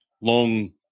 long